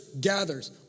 gathers